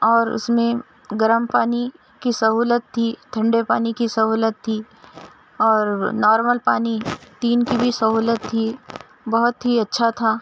اور اس میں گرم پانی کی سہولت تھی ٹھنڈے پانی کی سہولت تھی اور نارمل پانی تین کی بھی سہولت تھی بہت ہی اچّھا تھا